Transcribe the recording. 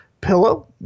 pillow